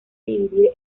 dividir